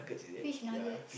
fish nuggets